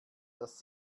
das